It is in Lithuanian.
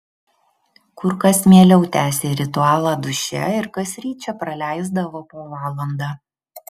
kur kas mieliau tęsė ritualą duše ir kasryt čia praleisdavo po valandą